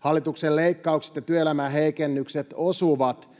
Hallituksen leikkaukset ja työelämäheikennykset osuvat